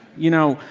you know,